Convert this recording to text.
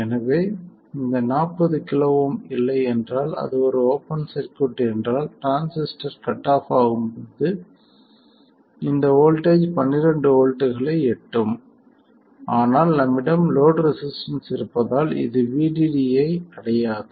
எனவே இந்த 40 kilo ohm இல்லை என்றால் அது ஒரு ஓப்பன் சர்க்யூட் என்றால் டிரான்சிஸ்டர் கட் ஆஃப் ஆகும் போது இந்த வோல்ட்டேஜ் பன்னிரண்டு வோல்ட்களை எட்டும் ஆனால் நம்மிடம் லோட் ரெசிஸ்டன்ஸ்இருப்பதால் இது VDD ஐ அடையாது